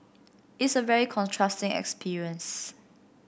it's a very contrasting experience